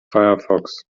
firefox